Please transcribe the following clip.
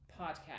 podcast